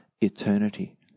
eternity